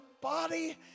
body